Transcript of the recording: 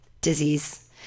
disease